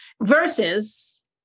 Versus